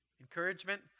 Encouragement